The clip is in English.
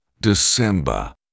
December